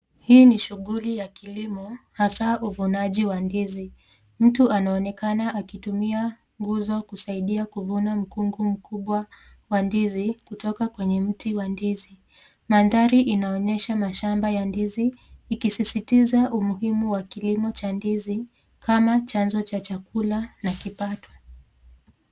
Hii ni shughuli ya kilimo hasa uvunaji wa ndizi. Mtu anaonekana akitumia nguzo kusaidia kuvuna mkungu mkubwa wa ndizi kutoka kwenye mti wa ndizi. Mandhari inaonyesha mashamba ya ndizi ikisisitiza umuhimu wa kilimo cha ndizi kama chanzo cha chakula na kipato.